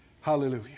Hallelujah